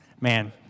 man